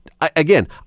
Again